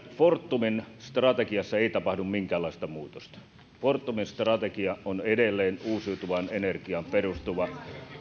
fortumin strategiassa ei tapahdu minkäänlaista muutosta fortumin strategia on edelleen uusiutuvaan energiaan perustuva